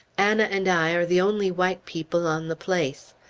anna and i are the only white people on the place.